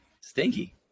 Stinky